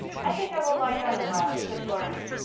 i think i will lie down a while, said florence.